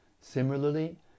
Similarly